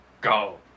go